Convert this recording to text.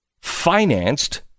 financed